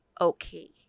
okay